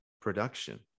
production